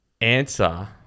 answer